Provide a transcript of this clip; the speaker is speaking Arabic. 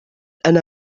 أنا